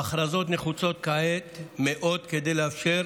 ההכרזות נחוצות כעת מאוד כדי לאפשר